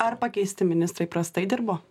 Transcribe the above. ar pakeisti ministrai prastai dirbo